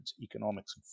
economics